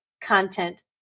content